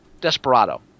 Desperado